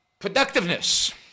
Productiveness